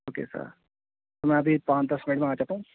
okay sir تو میں ابھی پانچ دس منٹ میں آ جاتا ہوں